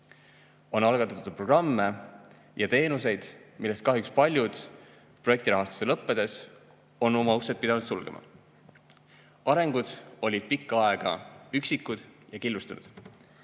On algatatud programme ja teenuseid, millest kahjuks paljud projektirahastuse lõppedes on pidanud oma uksed sulgema. Arengud olid pikka aega üksikud ja killustunud.